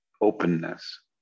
openness